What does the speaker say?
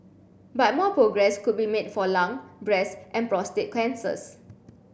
but more progress could be made for lung breast and prostate cancers